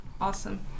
Awesome